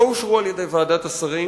לא אושרו על-ידי ועדת השרים